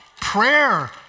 prayer